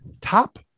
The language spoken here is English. Top